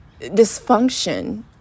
dysfunction